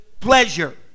pleasure